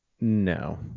No